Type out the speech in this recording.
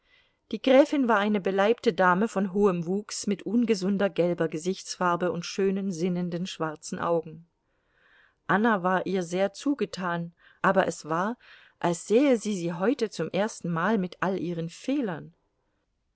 die gräfin war eine beleibte dame von hohem wuchs mit ungesunder gelber gesichtsfarbe und schönen sinnenden schwarzen augen anna war ihr sehr zugetan aber es war als sähe sie sie heute zum ersten mal mit all ihren fehlern